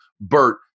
Bert